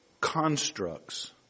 constructs